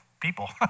people